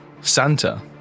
Santa